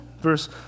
Verse